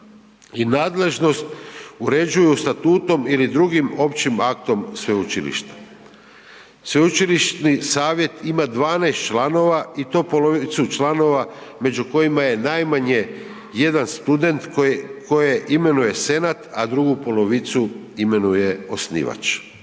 i nadležnost uređuju statutom ili drugim općim aktom sveučilišta. Sveučilišni savjet ima 12 članova i to polovicu članova među kojima je najmanje jedan student kojeg imenuje senat a drugu polovicu imenuje osnivač.